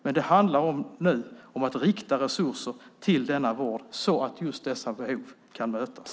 Det handlar nu om att rikta resurser till denna vård så att just dessa behov kan mötas.